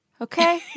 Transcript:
okay